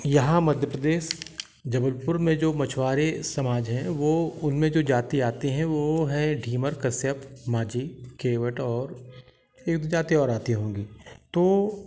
यहाँ मध प्रदेश जबलपुर में जो मछुआरे समाज हैं वो उनमें जो जाती आती हैं वो है ढ़ीमर कश्यप मांझी केवट और एक जाती और आती होंगी तो